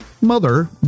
mother